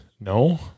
no